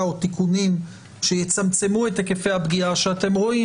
או תיקונים שיצמצמו את היקפי הפגיעה שאתם רואים,